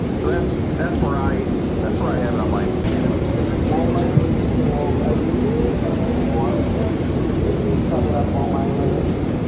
so that's that's where i that's where i have it i mind i like a soul a little bit more it's not yeah on my list,